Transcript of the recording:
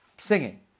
singing